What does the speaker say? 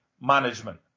management